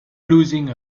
losing